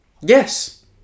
Yes